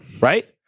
Right